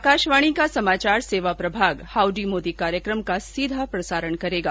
आकाशवाणी का समाचार सेवा प्रभाग हाउडी मोदी कार्यक्रम का सीधा प्रसारण करेगा